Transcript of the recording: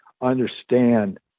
understand